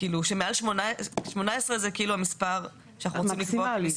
18 זה המספר שאנחנו רוצים לקבוע מקסימלי.